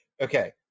okay